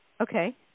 Okay